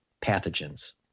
pathogens